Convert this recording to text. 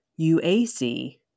UAC